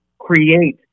Create